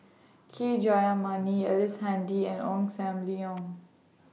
K Jayamani Ellice Handy and Ong SAM Leong